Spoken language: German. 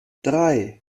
drei